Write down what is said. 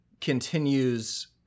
continues